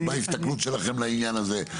מה ההסתכלות שלכם לעניין הזה,